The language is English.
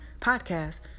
podcast